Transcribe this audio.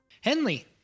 Henley